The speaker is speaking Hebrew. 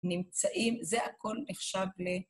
נמצאים, זה הכל נחשב ל...